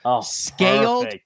scaled